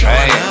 Hey